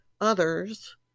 others